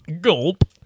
gulp